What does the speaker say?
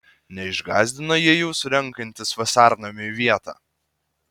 neišgąsdino jie jūsų renkantis vasarnamiui vietą